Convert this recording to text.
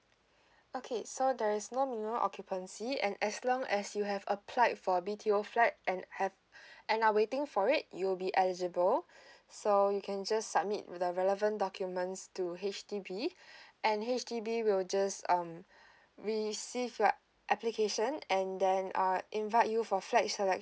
okay so there is no minimum occupancy and as long as you have applied for a B_T_O flat and have and are waiting for it you will be eligible so you can just submit the relevant documents to H_D_B and H_D_B will just um receive your application and then uh invite you for flat selection